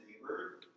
neighbor